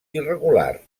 irregular